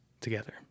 together